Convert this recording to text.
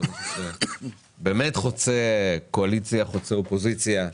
זה נושא שחוצה קואליציה ואופוזיציה,